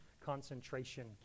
concentration